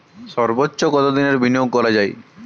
সর্বোচ্চ কতোদিনের বিনিয়োগ করা যায়?